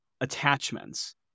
attachments